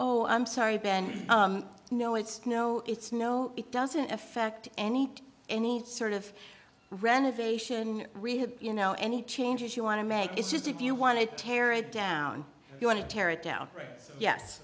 oh i'm sorry ben no it's no it's no it doesn't affect any any sort of renovation you know any changes you want to make it's just if you want to tear it down you want to tear it down